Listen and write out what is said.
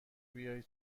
بیایی